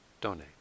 donate